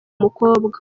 mukobwa